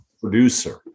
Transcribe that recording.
producer